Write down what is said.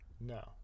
no